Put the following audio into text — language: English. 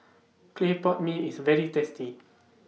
Clay Pot Mee IS very tasty